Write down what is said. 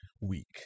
week